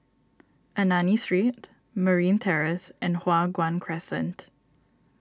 Ernani Street Marine Terrace and Hua Guan Crescent